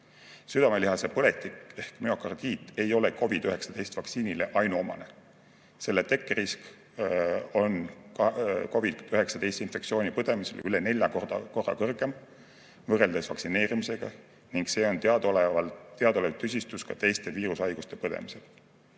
Südamelihase põletik ehk müokardiit ei ole ainuomane COVID-19 vaktsiini põhjus. Ka on selle tekke risk COVID-19 infektsiooni põdemisel üle nelja korra kõrgem võrreldes vaktsineerimisega. Ja see on teadaolev tüsistus ka teiste viirushaiguste põdemisel.